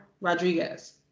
Rodriguez